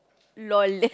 lol